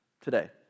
today